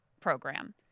program